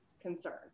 concern